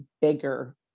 bigger